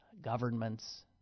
governments